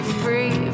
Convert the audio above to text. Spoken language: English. free